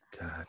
God